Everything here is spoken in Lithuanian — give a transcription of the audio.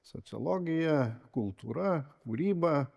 sociologija kultūra kūryba